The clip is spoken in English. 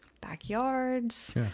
backyards